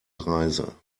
reise